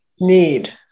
need